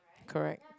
correct